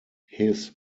his